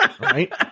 Right